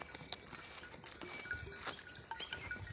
KYC ತಿದ್ದುಪಡಿ ಮಾಡ್ಲಿಕ್ಕೆ ಯಾವ ದಾಖಲೆ ಅವಶ್ಯಕ?